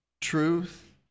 truth